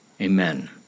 Amen